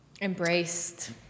Embraced